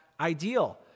ideal